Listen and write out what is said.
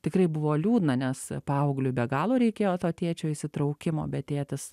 tikrai buvo liūdna nes paaugliui be galo reikėjo to tėčio įsitraukimo bet tėtis